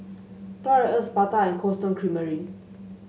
Toys R Us Bata and Cold Stone Creamery